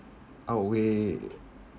outweigh